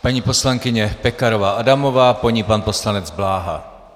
Paní poslankyně Pekarová Adamová, po ní pan poslanec Bláha.